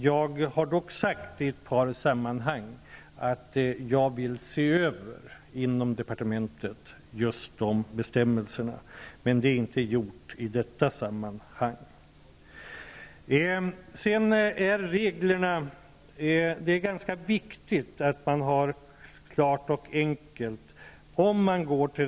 Jag har dock i ett par sammanhang sagt att jag inom departementet vill se över just de bestämmelserna, men det är ännu inte gjort. Det är ganska viktigt att reglerna är klara och enkla.